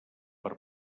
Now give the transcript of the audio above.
per